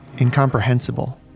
incomprehensible